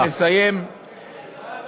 אני מסיים בזה.